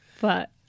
But-